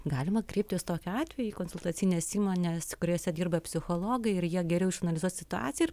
galima kreiptis tokiu atveju į konsultacines įmones kuriose dirba psichologai ir jie geriau išanalizuos situaciją ir